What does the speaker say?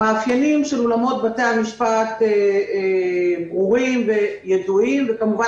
המאפיינים של אולמות בתי המשפט ברורים וידועים וכמובן